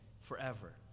forever